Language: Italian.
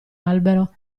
albero